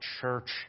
church